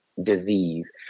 disease